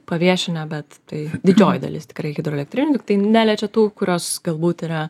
paviešinę bet tai didžioji dalis tikrai hidroelektrinių tiktai neliečia tų kurios galbūt yra